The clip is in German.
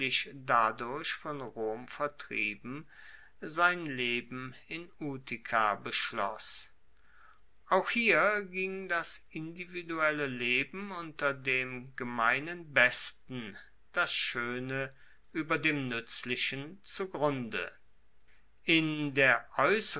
dadurch von rom vertrieben sein leben in utica beschloss auch hier ging das individuelle leben ueber dem gemeinen besten das schoene ueber dem nuetzlichen zugrunde in der